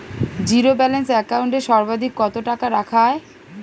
Zero balance account এ সর্বাধিক কত টাকা রাখা য়ায়?